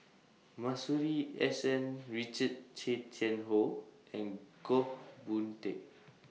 Masuri S N Richard Tay Tian Hoe and Goh Boon Teck